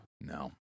no